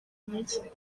intege